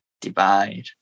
divide